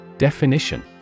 Definition